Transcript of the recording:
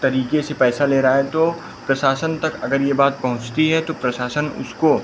तरीक़े से पैसा ले रहा है तो प्रशासन तक अगर यह बात पहुँचती है तो प्रशासन उसको